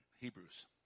Hebrews